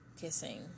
kissing